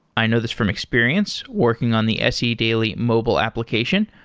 i know this from experience working on the se daily mobile application.